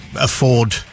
afford